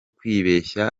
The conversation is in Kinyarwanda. kwibeshya